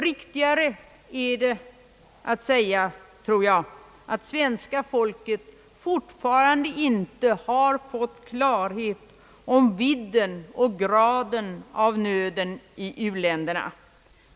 Riktigare är väl att säga, att svenska folket fortfarande inte har fått klarhet om vidden och graden av nöden i u-länderna.